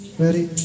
ready